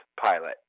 pilot